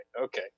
okay